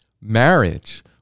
marriage